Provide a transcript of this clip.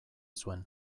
zuen